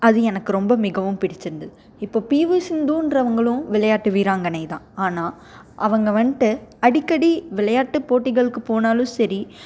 அது எனக்கு ரொம்ப மிகவும் பிடிச்சிருந்துது இப்போ பிவி சிந்துன்றவங்களும் விளையாட்டு வீராங்கனை தான் ஆனால் அவங்க வந்துட்டு அடிக்கடி விளையாட்டு போட்டிகளுக்கு போனாலும் சரி